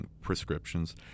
prescriptions